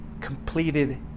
completed